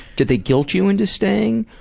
did they guilt you into staying?